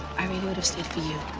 i mean would've stayed for you.